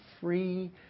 free